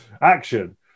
Action